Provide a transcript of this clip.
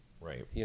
Right